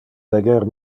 leger